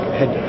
head